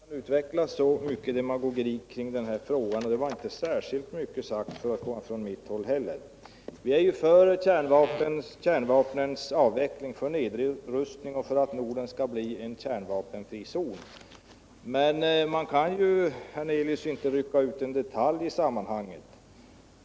Herr talman! Ja, herr Hernelius, jag tror inte att man kan utveckla så mycket demagogi kring den här frågan, och det var inte särskilt mycket sagt för att komma från mitt håll heller. Vi är ju för kärnvapnens avveckling, för nedrustning och för att Norden skall bli en kärnvapenfri zon. Men man kan ju, herr Hernelius, inte rycka ut en detalj ur sammanhanget.